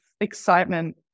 excitement